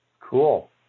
cool